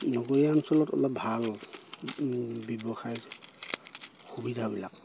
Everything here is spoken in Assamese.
নগৰীয়া অঞ্চলত অলপ ভাল ব্যৱসায় সুবিধাবিলাক